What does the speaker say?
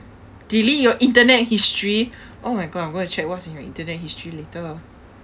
delete your internet history oh my god I'm gonna to check what's in your internet history later